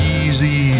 easy